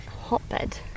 hotbed